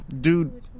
Dude